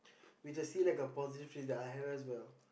which I see like a positive thing that I have as well